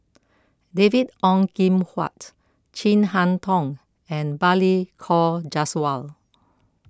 David Ong Kim Huat Chin Harn Tong and Balli Kaur Jaswal